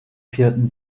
vierten